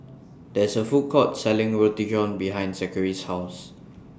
There's A Food Court Selling Roti John behind Zachery's House